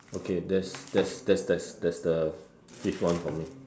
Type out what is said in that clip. okay that's that's that's that's that's the fifth one for me